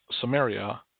Samaria